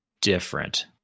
different